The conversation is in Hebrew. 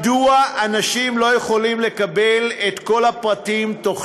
מדוע אנשים לא יכולים לקבל את כל הפרטים בתוך